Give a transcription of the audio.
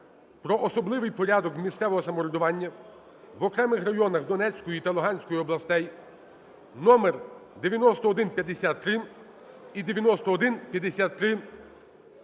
"Про особливий порядок місцевого самоврядування в окремих районах Донецької та Луганської областей" (№9153 і 9153-1).